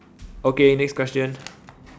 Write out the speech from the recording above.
okay next question